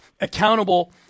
accountable